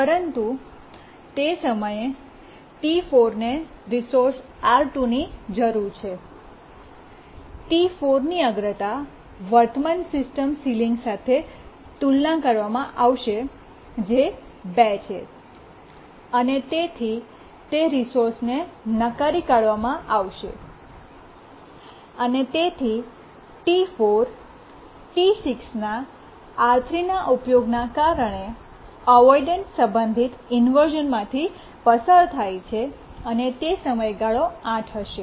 પરંતુ તે સમયે T4 ને રિસોર્સ R2ની જરૂર છે T4 ની અગ્રતા વર્તમાન સિસ્ટમ સીલીંગ સાથે તુલના કરવામાં આવશે જે 2 છે અને તેથી તે રિસોર્સને નકારી કાઢવામાં આવશે અને તેથી T4 T6 ના R3 ના ઉપયોગ ના કારણે અવોઇડન્સ સંબંધિત ઇન્વર્શ઼નમાંથી પસાર થાય છે અને સમયગાળો 8 હશે